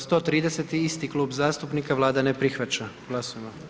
130, isti klub zastupnika, Vlada ne prihvaća, glasujmo.